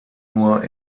nur